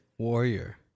Warrior